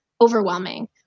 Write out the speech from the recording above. overwhelming